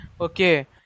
Okay